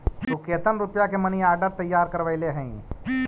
तु केतन रुपया के मनी आर्डर तैयार करवैले हहिं?